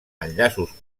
enllaços